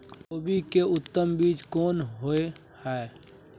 कोबी के उत्तम बीज कोन होय है?